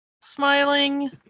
smiling